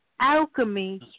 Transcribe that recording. alchemy